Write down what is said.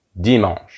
dimanche